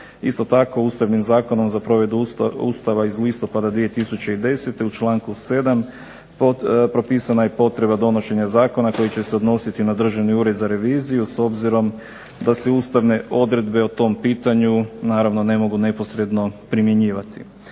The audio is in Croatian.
Isto tako, Ustavnim zakonom za provedbu Ustava iz listopada 2010. u članku 7. propisana je potreba donošenja zakona koji će se odnositi na Državni ured za reviziju s obzirom da se ustavne odredbe o tom pitanju naravno ne mogu neposredno primjenjivati.